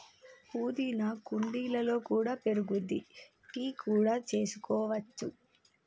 పుదీనా కుండీలలో కూడా పెరుగుద్ది, టీ కూడా చేసుకోవచ్చు